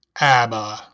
ABBA